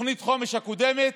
מתוכנית החומש הקודמת.